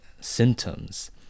symptoms